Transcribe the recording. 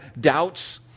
doubts